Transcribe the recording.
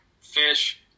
fish